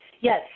Yes